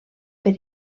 per